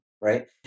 right